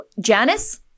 Janice